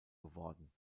geworden